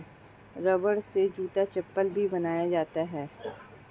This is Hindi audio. रबड़ से जूता चप्पल भी बनाया जाता है